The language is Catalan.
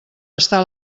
està